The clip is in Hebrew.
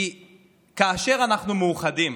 כי כאשר אנחנו מאוחדים,